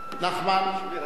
נחמן.